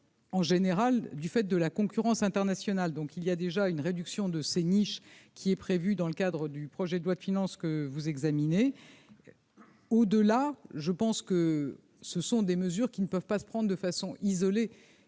en général, du fait de la concurrence internationale, donc il y a déjà une réduction de ces niches qui est prévu dans le cadre du projet de loi de finances que vous examinez au-delà, je pense que ce sont des mesures qui ne peuvent pas se prendre de façon isolée